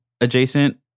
adjacent